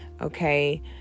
okay